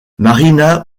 marina